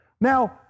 Now